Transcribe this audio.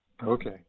Okay